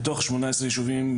מתוך 18 יישובים,